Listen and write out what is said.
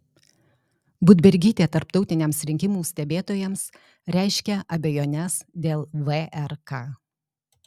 budbergytė tarptautiniams rinkimų stebėtojams reiškia abejones dėl vrk